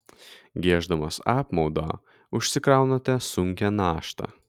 gieždamas apmaudą užsikraunate sunkią naštą